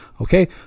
Okay